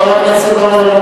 אני מצטער.